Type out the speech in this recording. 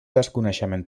desconeixement